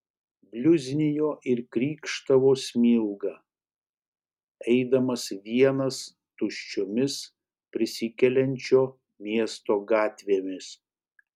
bliuznijo ir krykštavo smilga eidamas vienas tuščiomis prisikeliančio miesto gatvėmis